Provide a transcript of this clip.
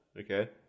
Okay